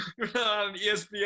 ESPN